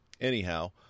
Anyhow